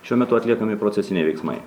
šiuo metu atliekami procesiniai veiksmai